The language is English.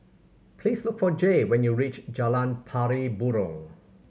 please look for Jay when you reach Jalan Pari Burong